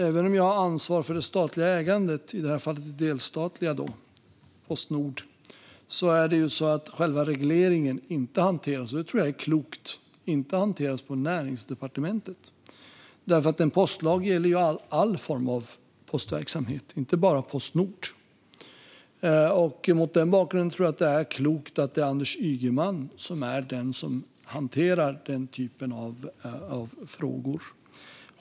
Även om jag har ansvar för det statliga ägandet, i fallet Postnord det delstatliga, hanteras själva hanteringen inte på Näringsdepartementet, vilket jag tror är klokt. En postlag gäller all form av postverksamhet, inte bara Postnord, och därför är det klokt att det är Anders Ygeman som hanterar denna typ av frågor.